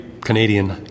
Canadian